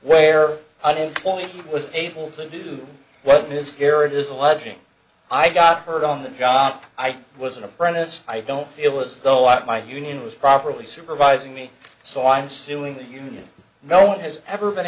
where unemployment was able to do what miscarriage is alleging i got hurt on the john i was an apprentice i don't feel as though i had my union was properly supervising me so i'm suing the union no one has ever been